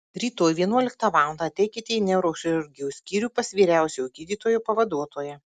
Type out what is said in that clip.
rytoj vienuoliktą valandą ateikite į neurochirurgijos skyrių pas vyriausiojo gydytojo pavaduotoją